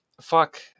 Fuck